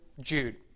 Jude